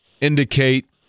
indicate